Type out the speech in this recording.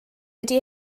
wedi